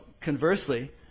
conversely